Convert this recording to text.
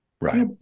Right